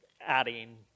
adding